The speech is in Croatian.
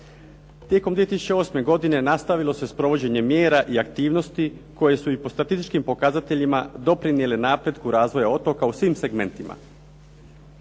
Tijekom 2008. godine nastavilo se sa provođenjem mjera i aktivnosti koje su i po statističkim pokazateljima doprinijele napretku razvoja otoka u svim segmentima.